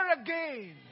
again